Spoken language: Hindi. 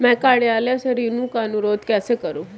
मैं कार्यालय से ऋण का अनुरोध कैसे करूँ?